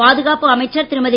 பாதுகாப்பு அமைச்சர் திருமதி